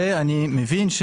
ואני מבין,